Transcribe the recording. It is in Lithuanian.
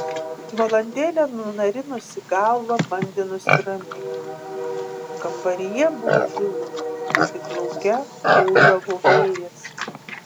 valandėlę nunarinusi galvą bandė nusiraminti kambaryje buvo tylu tik lauke ūžavo vėjas